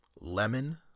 Lemon